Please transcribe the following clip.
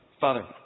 Father